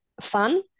fun